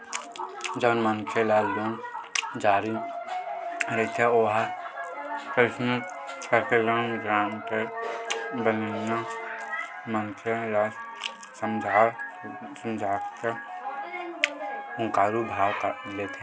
जउन मनखे ल लोन चाही रहिथे ओ कइसनो करके लोन गारेंटर बनइया मनखे ल समझा सुमझी के हुँकारू भरवा लेथे